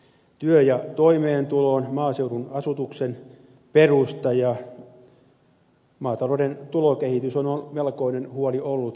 työ ja toimeentulo on maaseudun asutuksen perusta ja maatalouden tulokehitys on melkoinen huoli ollutkin